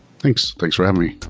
thanks. thanks for having me.